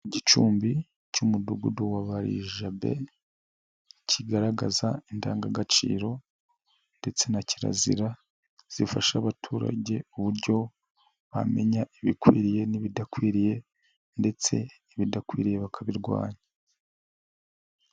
Igicumbi cy'umudugudu wa Bajabe kigaragaza indangagaciro ndetse na kirazira zifasha abaturage uburyo bamenya ibikwiriye n'ibidakwiriye ndetse ibidakwiriye bakabirwanya.